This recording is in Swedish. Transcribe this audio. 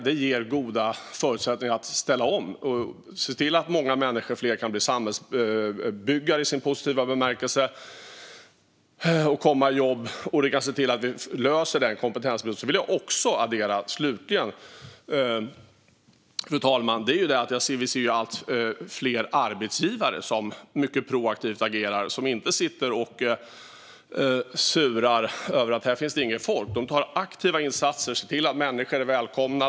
Det ger goda förutsättningar att ställa om och att se till att många fler människor kan bli samhällsbyggare i positiv bemärkelse och komma i jobb. Med detta kan vi se till att vi löser kompetensbristen. Fru talman! Slutligen vill jag addera att vi ser allt fler arbetsgivare som agerar mycket proaktivt och som inte sitter och surar över att det inte finns något folk. De gör aktiva insatser och ser till att människor är välkomna.